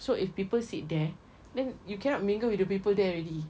so if people sit there then you cannot mingle with the people there already